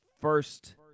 first